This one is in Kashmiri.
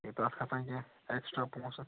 یہِ تتھ کھسان کیٚنہہ ایٚکٕسٹرا پوٛنسہٕ